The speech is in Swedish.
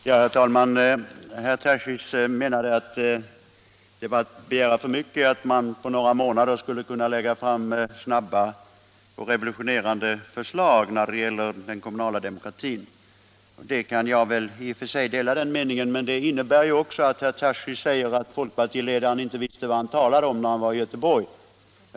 Herr talman! Herr Tarschys menade att det var att begära för mycket att man på några månader skulle kunna lägga fram stora och revolutionerande förslag när det gäller den kommunala demokratin. Jag kan dela den meningen, men det innebär också att herr Tarschys säger att folkpartiledaren inte visste vad han talade om när han var i Göteborg.